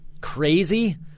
crazy